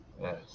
Yes